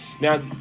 Now